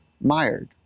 mired